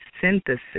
Synthesis